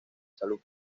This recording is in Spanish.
salud